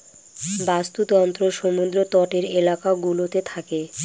বাস্তুতন্ত্র সমুদ্র তটের এলাকা গুলোতে থাকে